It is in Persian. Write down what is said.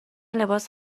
لباس